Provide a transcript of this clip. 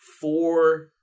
four